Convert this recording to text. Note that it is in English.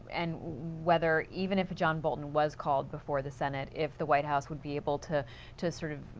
and whether, even if john bolton was called before the senate, if the white house would be able to to sort of you